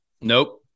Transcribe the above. Nope